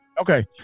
Okay